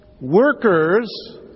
workers